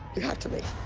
have to leave.